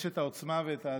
יש את העוצמה ואת העדינות,